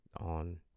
on